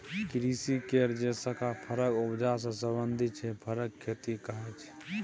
कृषि केर जे शाखा फरक उपजा सँ संबंधित छै फरक खेती कहाइ छै